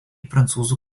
prancūzų